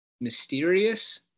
mysterious